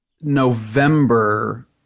November